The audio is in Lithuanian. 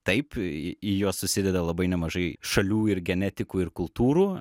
taip į juos susideda labai nemažai šalių ir genetikų ir kultūrų